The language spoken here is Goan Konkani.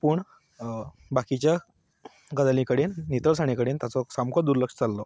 पूण बाकीच्या गजाली कडेन नितळसाणी कडेन ताचो सामको दुर्लक्ष जाल्लो